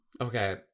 okay